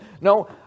No